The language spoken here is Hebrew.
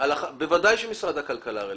בוודאי שמשרד הכלכלה רלוונטי.